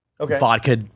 vodka